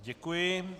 Děkuji.